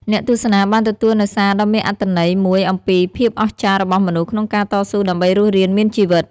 អ្នកទស្សនាបានទទួលនូវសារដ៏មានអត្ថន័យមួយអំពីភាពអស្ចារ្យរបស់មនុស្សក្នុងការតស៊ូដើម្បីរស់រានមានជីវិត។